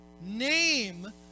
name